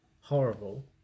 horrible